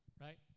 right